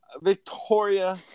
Victoria